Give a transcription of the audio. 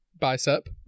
bicep